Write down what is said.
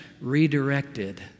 redirected